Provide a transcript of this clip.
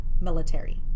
military